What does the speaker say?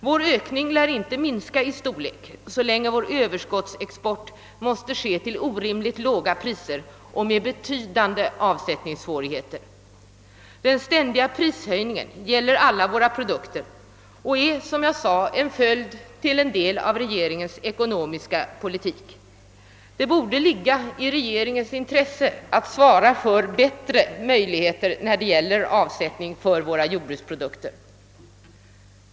Vår ökning lär inte minska i storlek så länge vår överskottsexport måste ske till orimligt låga priser och med betydande avsättningssvårigheter. Den ständiga prishöjningen gäller alla våra produkter och är, såsom jag framhöll, till stor del en följd av regeringens ekonomiska politik. Det borde åtminstone ligga i regeringens intresse att svara för bättre möjligheter när det gäller avsättning av våra jordbruksprodukter.